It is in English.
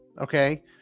Okay